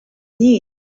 need